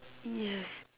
yes